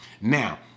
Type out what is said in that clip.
Now